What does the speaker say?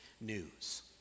news